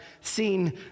seen